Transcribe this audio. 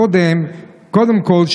קודם כול,